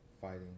fighting